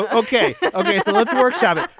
ok ok so let's workshop it.